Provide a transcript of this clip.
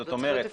זאת אומרת: